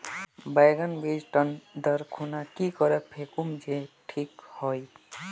बैगन बीज टन दर खुना की करे फेकुम जे टिक हाई?